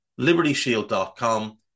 libertyshield.com